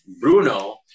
Bruno